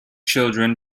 children